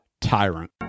tyrant